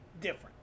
different